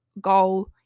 goal